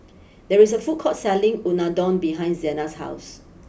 there is a food court selling Unadon behind Zenas' house